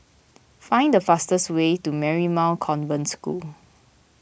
find the fastest way to Marymount Convent School